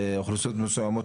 עצמו.